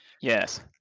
Yes